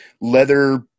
leather